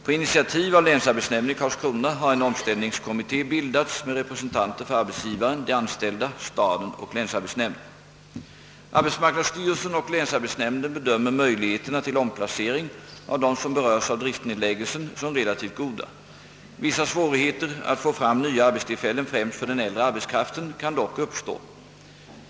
På initiativ av länsarbetsnämnden i Karlskrona har en omställningskommitté bildats med representanter för arbetsgivaren, de anställda, staden och Jlänsarbetsnämnden. Arbetsmarknadsstyrelsen och länsarbetsnämnden bedömer möjligheterna till omplacering av dem som berörs av driftnedläggelsen som relativt goda. Vissa svårigheter att ordna nya arbetstillfällen, främst för den äldre arbetskraften, kan dock uppstå.